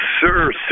Sir